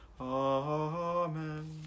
Amen